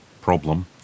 problem